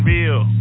Real